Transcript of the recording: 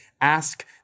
ask